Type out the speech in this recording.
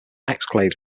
exclave